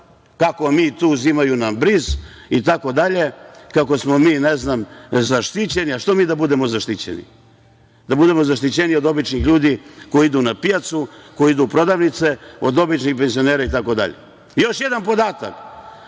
kako mi tu, uzimaju nam bris itd, kako smo mi ne znam zaštićeni. A što mi da budemo zaštićeni, da budemo zaštićeniji od običnih ljudi koji idu na pijacu, koji idu u prodavnice, od običnih penzionera itd?I još jedan podatak.